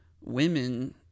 women